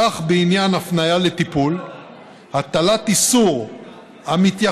כך, בעניין הפניה לטיפול, הטלת איסור המתייחס,